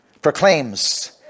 proclaims